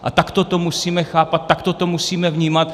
A takto to musíme chápat, takto to musíme vnímat.